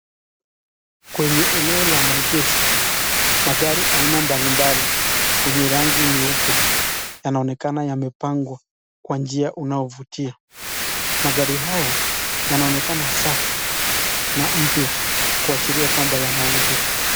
Kwenye maeneo ya markesho, magari aina mbalimbali yenye rangi nyeupe yanaoneka yamepangwa kwa njia unayofutia magari haya yanaoneka safi na mpya kuashiria kwamba yanauzwa.